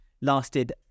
lasted